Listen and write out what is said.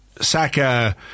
Saka